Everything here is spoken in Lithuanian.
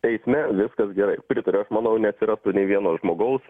eisme viskas gerai pritariu aš manau neatsirastų nė vieno žmogaus